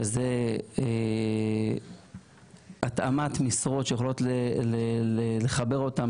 שזה התאמת משרות שיכולות לחבר אותן